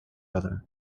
other